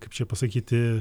kaip čia pasakyti